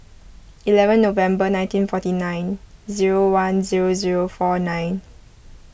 eleven November nineteen forty nine zero one zero zero four nine